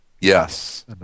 yes